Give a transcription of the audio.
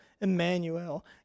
emmanuel